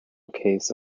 case